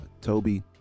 Toby